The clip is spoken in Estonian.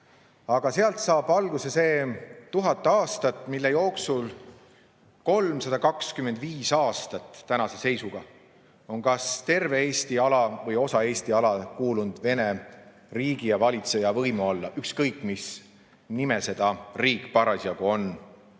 Aga sealt saab alguse see 1000 aastat, mille jooksul 325 aastat tänase seisuga on kas terve Eesti ala või osa Eesti alasid kuulunud Vene riigi ja valitseja võimu alla, ükskõik, mis nime see riik parasjagu on